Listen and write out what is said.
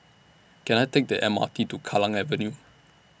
Can I Take The M R T to Kallang Avenue